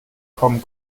kommen